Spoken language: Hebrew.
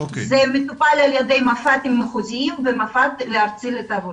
מטופל על ידי מפע"תים מחוזיים ומפע"ת ארצי לתחבורה.